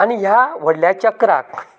आनी ह्या व्हडल्या चक्राक